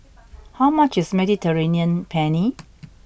how much is Mediterranean Penne